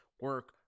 Work